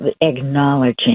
acknowledging